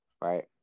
Right